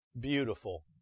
beautiful